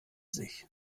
sich